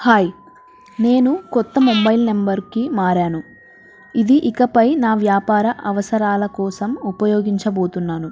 hi నేను కొత్త mobile నెంబర్కి మారాను ఇది ఇకపై నా వ్యాపార అవసరాల కోసం ఉపయోగించబోతున్నాను